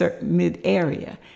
mid-area